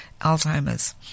Alzheimer's